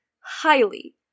highly